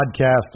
podcast